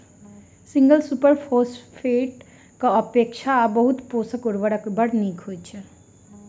single super फौसफेटक अपेक्षा बहु पोषक उर्वरक बड़ नीक होइत छै